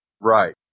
Right